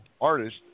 artist